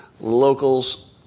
locals